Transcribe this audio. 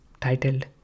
titled